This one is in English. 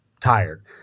tired